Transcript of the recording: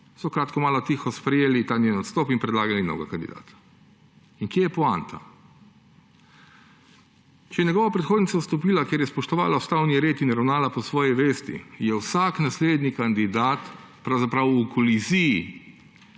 so kratko malo tiho sprejeli ta njen odstop in predlagali novega kandidata. In kje je poanta? Če je njegova predhodnica odstopila, ker je spoštovala ustavni red in ravnala po svoji vesti, je vsak naslednji kandidat pravzaprav v koliziji